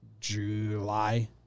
July